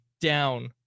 down